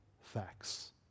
facts